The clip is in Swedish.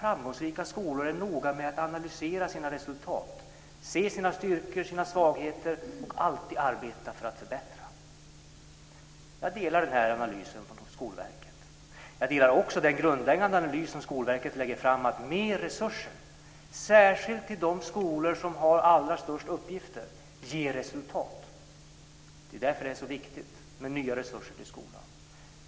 Framgångsrika skolor är noga med att analysera sina resultat, se sina styrkor och sina svagheter och alltid arbeta för att förbättra. Jag håller med om den här analysen som Skolverket gör. Jag håller också med om den grundläggande analys som Skolverket lägger fram där man säger att mer resurser, särskilt till de skolor som har allra störst uppgifter, ger resultat. Det är därför det är så viktigt med nya resurser till skolan.